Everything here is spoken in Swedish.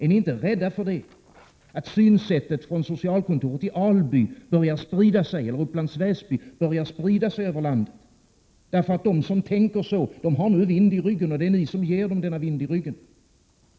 Är ni inte rädda för att synsättet från socialkontoret i Alby eller Upplands Väsby börjar sprida sig över landet? De som tänker så har nu vind i ryggen, och det är ni som ger dem denna vind i ryggen.